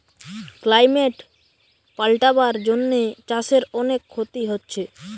climate পাল্টাবার জন্যে চাষের অনেক ক্ষতি হচ্ছে